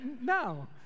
no